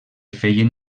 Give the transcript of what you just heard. feien